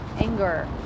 anger